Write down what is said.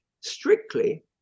strictly